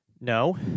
No